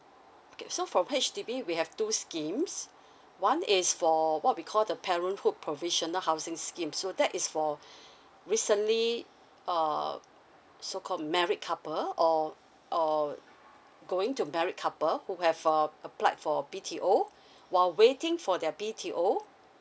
okay so for H_D_B we have two schemes one is for what we call the parenthood provisional housing scheme so that is for recently uh so called married couple or or going to marry couple who have uh applied for B_T_O while waiting for their B_T_O